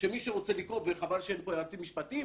מי שרוצה לקרוא וחבל שאין פה יועצים משפטיים,